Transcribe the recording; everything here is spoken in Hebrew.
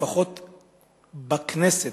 לפחות בכנסת,